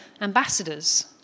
ambassadors